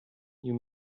you